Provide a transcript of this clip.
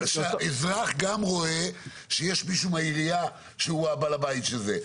אבל שהאזרח גם יראה שיש מישהו מהעירייה שהוא בעל הבית של זה.